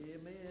Amen